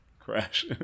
crash